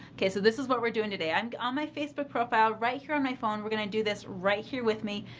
okay, so this is what we're doing today. um on my facebook profile, right here on my phone, we're going to do this right here with me.